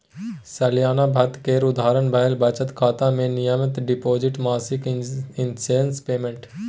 सलियाना भत्ता केर उदाहरण भेलै बचत खाता मे नियमित डिपोजिट, मासिक इंश्योरेंस पेमेंट